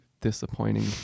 disappointing